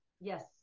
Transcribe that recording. Yes